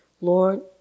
Lord